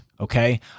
Okay